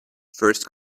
first